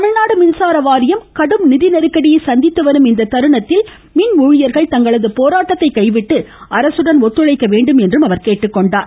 தமிழ்நாடு மின்சார வாரியம் கடும் நிதி நெருக்கடியை சந்தித்து வரும் இத்தருணத்தில் மின் ஊழியர்கள் தங்கள் போராட்டத்தை கைவிட்டு அரசுடன் ஒத்துழைக்க வேண்டும் என்றார்